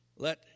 Let